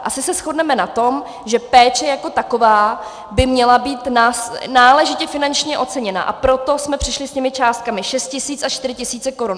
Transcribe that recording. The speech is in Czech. Asi se shodneme na tom, že péče jako taková by měla být náležitě finančně oceněna, a proto jsme přišli s těmi částkami 6 tisíc a 4 tisíce korun.